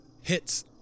hits